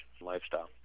lifestyle